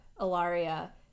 Ilaria